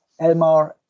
elmar